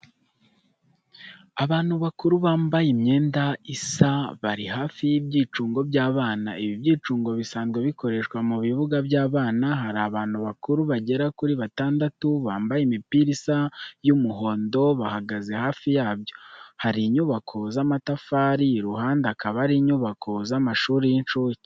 Abantu bakuru bambaye imyenda isa bari hafi y'ibyicungo by’abana. Ibi byicungo bisanzwe bikoreshwa mu bibuga by’abana. Hari abantu bakuru bagera kuri batandatu, bambaye imipira isa y'umuhondo, bahagaze hafi yabyo, hari inyubako z’amatafari iruhande, akaba ari inyubako z'amashuri y'incuke.